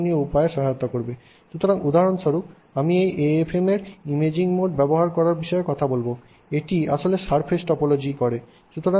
সুতরাং উদাহরণস্বরূপ আমি এই AFM এর ইমেজিং মোডে ব্যবহারের বিষয়ে কথা বলব এটি আসলে সারফেস টপোলজি করে